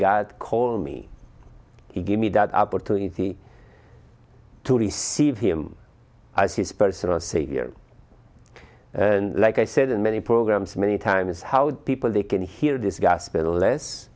god call me he gave me that opportunity to receive him as his personal savior and like i said in many programs many times how people they can hear this gasping less